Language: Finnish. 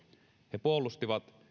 he puolustivat